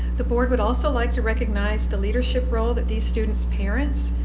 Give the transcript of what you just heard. the board would also like to recognize the leadership role that these students' parents,